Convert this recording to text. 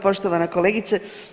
Poštovana kolegice.